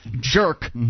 jerk